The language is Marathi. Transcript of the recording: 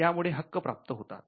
यामुळे हक्क प्राप्त होतात